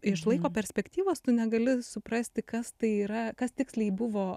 iš laiko perspektyvos tu negali suprasti kas tai yra kas tiksliai buvo